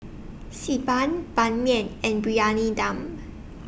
Xi Ban Ban Mian and Briyani Dum